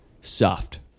soft